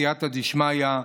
בסייעתא דשמיא,